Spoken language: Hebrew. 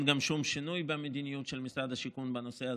גם אין שום שינוי במדיניות של משרד השיכון בנושא הזה,